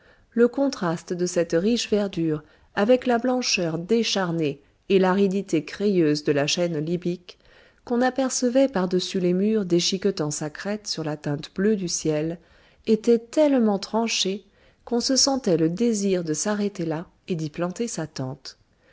le contraste de cette riche verdure avec la blancheur décharnée et l'aridité crayeuse de la chaîne libyque qu'on apercevait par-dessus les murs déchiquetant de sa crête la teinte bleue du ciel était tellement tranché qu'on se sentait le désir de s'arrêter là et d'y planter sa tente